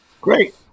Great